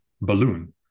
balloon